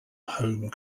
home